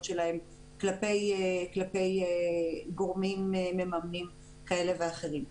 שלהם כלפי גורמים מממנים כאלה ואחרים.